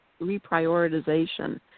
reprioritization